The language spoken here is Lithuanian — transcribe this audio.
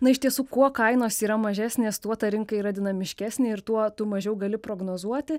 na iš tiesų kuo kainos yra mažesnės tuo ta rinka yra dinamiškesnė ir tuo tu mažiau gali prognozuoti